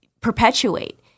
perpetuate